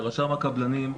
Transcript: רשם הקבלנים,